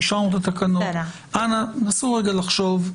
אישרנו את התקנות, אנא נסו רגע לחשוב.